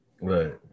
Right